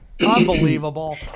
Unbelievable